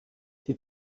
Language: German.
die